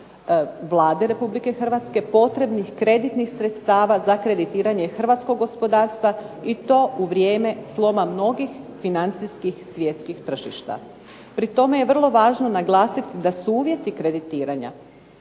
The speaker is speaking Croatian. Vlade Republike Hrvatske, potrebnih kreditnih sredstava za kreditiranje hrvatskog gospodarstva i to u vrijeme sloma mnogih financijskih svjetskih tržišta. Pri tome je vrlo važno naglasiti da su uvjeti kreditiranja